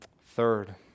Third